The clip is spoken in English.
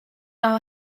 our